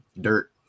dirt